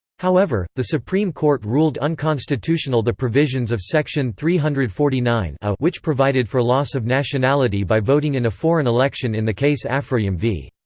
however, the supreme court ruled unconstitutional the provisions of section three hundred and forty nine a which provided for loss of nationality by voting in a foreign election in the case afroyim v.